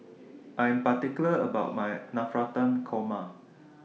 I Am particular about My Navratan Korma